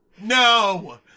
no